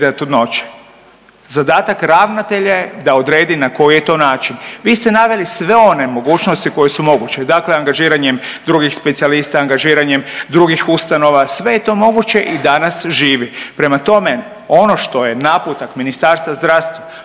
Zadatak ravnatelja je da odredi na koji je to način. Vi ste naveli sve one mogućnosti koje su moguće. Dakle, angažiranjem drugih specijalista, angažiranjem drugih ustanova, sve je to moguće i danas živi. Prema tome, ono što je naputak Ministarstva zdravstva